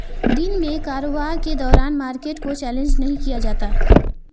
दिन में कारोबार के दौरान मार्केट को चैलेंज नहीं किया जाता